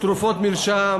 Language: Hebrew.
תרופות מרשם,